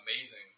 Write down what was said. amazing